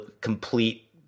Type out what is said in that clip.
complete